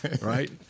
right